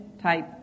type